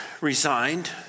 resigned